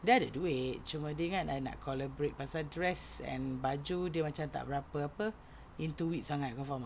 dia ada duit cuma dia ingat nak nak collaborate pasal dress and baju dia macam tak berapa apa into it sangat kau faham tak